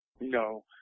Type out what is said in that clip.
No